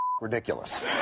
ridiculous